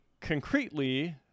concretely